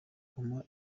guma